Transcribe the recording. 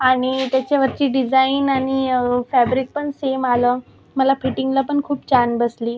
आणि त्याच्यावरची डिझाईन आणि फॅब्रिक पण सेम आलं मला फिटिंगला पण खूप छान बसली